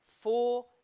four